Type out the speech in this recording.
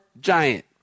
giant